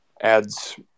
adds